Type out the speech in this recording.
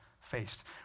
faced